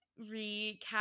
recap